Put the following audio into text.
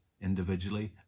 individually